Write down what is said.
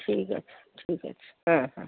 ঠিক আছে ঠিক আছে হ্যাঁ হ্যাঁ হ্যাঁ